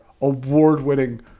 award-winning